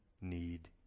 need